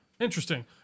interesting